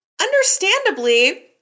understandably